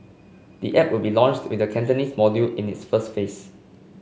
the app will be launched with the Cantonese module in its first phase